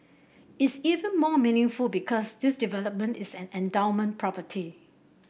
is even more meaningful because this development is an endowment property